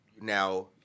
Now